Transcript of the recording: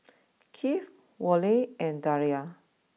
Kieth Worley and Daria